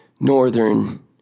Northern